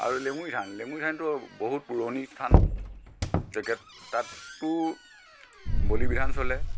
আৰু লেঙুৰীথান লেঙুৰীথানটো বহুত পুৰণি থান যেতিয়া তাততো বলি বিধান চলে